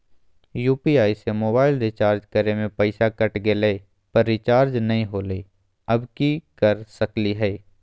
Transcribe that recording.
UPI से mobile recharge करे में पैसा कट गेलई, पर रिचार्ज नई होलई, अब की कर सकली हई?